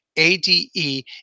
ADE